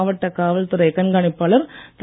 மாவட்ட காவல்துறை கண்காணிப்பாளர் திரு